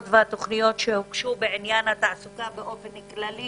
והתוכניות שהוגשו בעניין התעסוקה באופן כללי